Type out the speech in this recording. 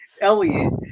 Elliot